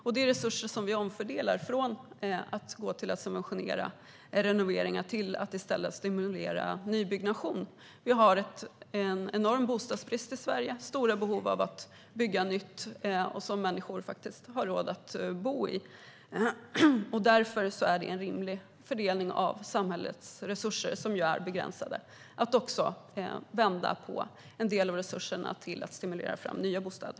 Det är resurser som vi omfördelar från att subventionera renoveringar till att i stället stimulera nybyggnation. Det råder enorm bostadsbrist i Sverige, och det finns stora behov av att bygga nytt som människor har råd att bo i. Därför är det en rimlig fördelning av samhällets resurser, som ju är begränsade, att också använda en del av resurserna till att stimulera fram nya bostäder.